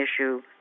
issue